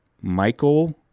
Michael